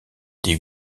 des